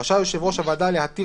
רשאי יושב ראש הוועדה להתיר